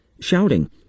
Shouting